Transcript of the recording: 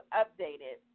updated